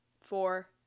four